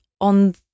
on